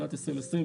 שנת 2020,